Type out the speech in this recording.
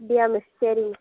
அப்படியா மிஸ் சரி மிஸ்